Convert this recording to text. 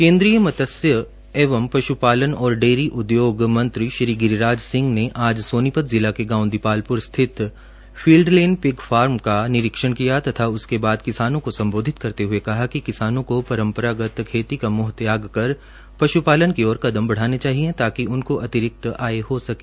केंद्रीय मत्स्य एवं पश्पालन और डेयरी उद्योग मंत्री श्री गिरीराज सिंह ने आज सोनीपत जिला के गांव दीपालपुर स्थित फिल्डलेन पिग फार्म का निरीक्षण किया और उसके बाद किसानों को संबोधित करते हए कहा कि किसानों को परंपरागत खेती का मोह त्याग कर पशुपालन की ओर कदम बढाने चाहिए ताँकि उनको अतिरिक्त आय हो सके